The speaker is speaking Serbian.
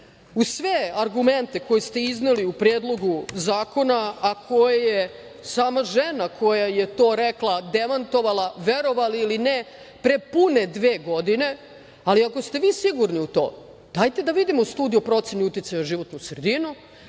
u sve argumente koje ste izneli u Predlogu zakona, a koje sama žena koja je to rekla demantovala, verovali ili ne, pre pune dve godine, ali ako ste vi sigurni u to, dajte da vidimo studiju o proceni uticaja životnu sredinu.